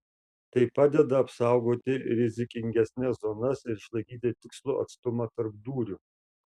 tai padeda apsaugoti rizikingesnes zonas ir išlaikyti tikslų atstumą tarp dūrių